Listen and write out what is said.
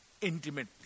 intimately